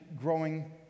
growing